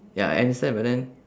ya I understand but then